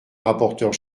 rapporteure